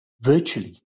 virtually